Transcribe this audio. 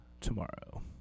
tomorrow